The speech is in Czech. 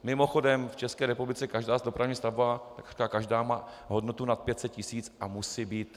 Mimochodem, v České republice každá dopravní stavba, takřka každá, má hodnotu nad 500 tisíc a musí být .